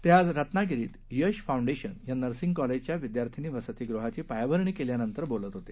ते आज रत्नागिरीत यश फाउंडेशन या नर्सिंग कॉलेजच्या विद्यार्थिनी वसतिगृहाची पायाभरणी केल्यानंतर बोलत होते